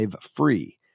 free